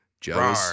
Joe